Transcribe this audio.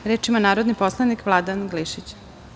Reč ima narodni poslanik Vladan Glišić.